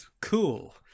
cool